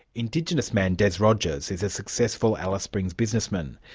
indigenous man des rogers is a successful alice springs businessman.